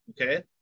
okay